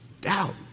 doubt